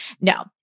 No